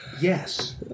yes